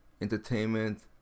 entertainment